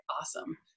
awesome